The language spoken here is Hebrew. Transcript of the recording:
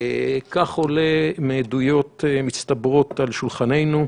כך עולה מעדויות מצטברות על שולחננו.